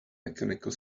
mechanical